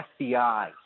FBI